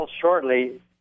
shortly